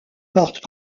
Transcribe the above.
portent